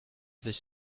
sich